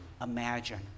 imagine